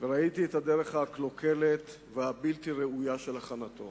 וראיתי את הדרך הקלוקלת והבלתי-ראויה של הכנתו.